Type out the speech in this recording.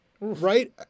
Right